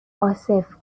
عاصف